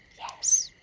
yes.